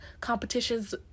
competitions